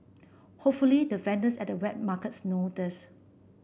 hopefully the vendors at the wet markets know this